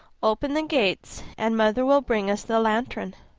open the gates, and mother will bring us the lantern.